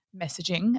messaging